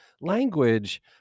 language